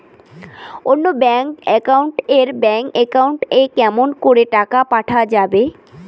অন্য ব্যাংক এর bank account এ কেমন করে টাকা পাঠা যাবে?